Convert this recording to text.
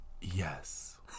Yes